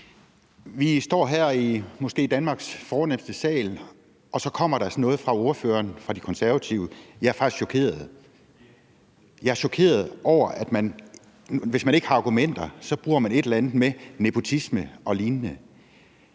Vi står her i Danmarks måske fornemste sal, og så kommer der sådan noget fra ordføreren for De Konservative. Jeg er faktisk chokeret. Jeg er chokeret over, at man, hvis man ikke har argumenter, så bruger et eller andet med at tale om nepotisme og lignende.